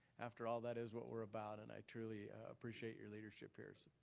after all that is what we're about, and i truly appreciate your leadership here. so